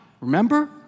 remember